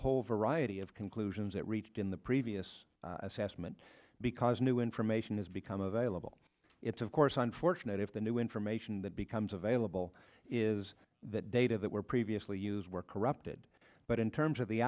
whole variety of conclusions that reached in the previous assessment because new information has become available it's of course unfortunate if the new information that becomes available is that data that were previously used work corrupted but in terms of the